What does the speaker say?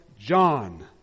John